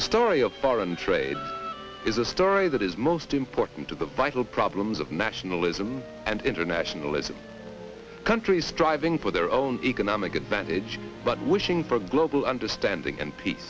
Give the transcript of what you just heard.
the story of foreign trade is a story that is most important to the vital problems of nationalism and internationalism countries striving for their own economic advantage but wishing for global understanding and pe